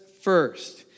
first